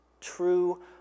True